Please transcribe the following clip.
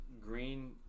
Green